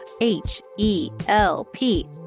H-E-L-P-